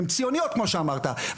הן ציוניות, כמו שאמרת.